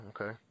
okay